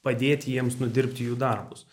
padėti jiems nudirbti jų darbus